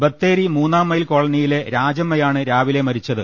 ബത്തേരി മൂന്നാംമൈൽ കോളനിയിലെ രാജമ്മയാണ് രാവിലെ മരിച്ചത്